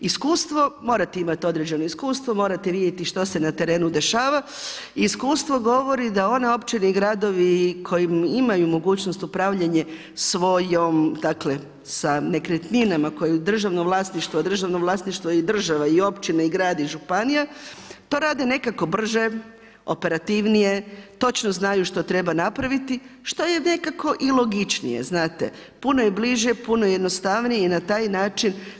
Iskustvo, morate imati određeno iskustvo, morate vidjeti što se na terenu dešava, iskustvo govori da one općine i gradovi koji imaju mogućnost upravljanja svojim nekretninama koje je državno vlasništvo, državno vlasništvo je i država i općine i grad i županija, to rade nekako brže, operativnije, točno znaju što trebaju napraviti što je nekako i logičnije znate, puno je bliže, puno je jednostavnije je na taj način.